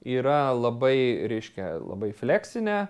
yra labai reiškia labai fleksinė